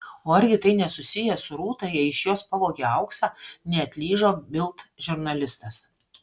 o argi tai nesusiję su rūta jei iš jos pavogė auksą neatlyžo bild žurnalistas